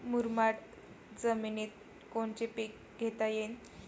मुरमाड जमिनीत कोनचे पीकं घेता येईन?